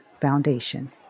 foundation